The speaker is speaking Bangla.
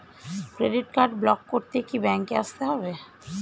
ক্রেডিট কার্ড ব্লক করতে কি ব্যাংকে আসতে হবে?